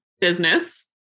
business